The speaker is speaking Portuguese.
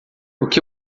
que